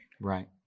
Right